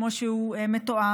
כמו שהוא מתואר,